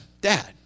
dad